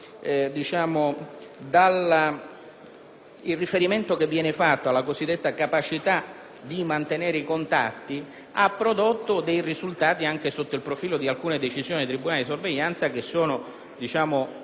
Il riferimento che viene fatto alla cosiddetta capacità di mantenere i contatti ha prodotto dei risultati anche sotto il profilo di alcune decisioni dei tribunali di sorveglianza, che sono in controtendenza rispetto allo spirito della norma.